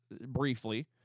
briefly